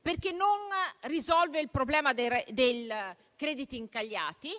perché non risolve il problema dei crediti incagliati.